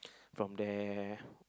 from there